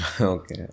Okay